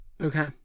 Okay